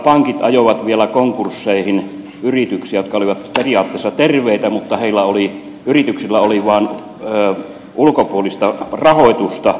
pankit ajoivat vielä konkursseihin yrityksiä jotka olivat periaatteessa terveitä mutta yrityksillä vaan oli ulkopuolista rahoitusta